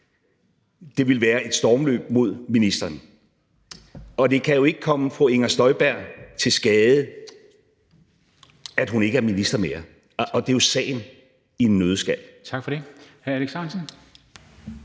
Det ville være et stormløb mod ministeren. Og det kan jo ikke komme fru Inger Støjberg til skade, at hun ikke er minister mere, og det er jo sagen i en nøddeskal. Kl.